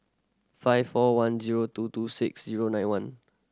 five four one zero two two six zero nine one